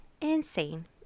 Insane